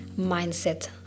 mindset